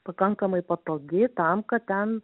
pakankamai patogi tam kad ten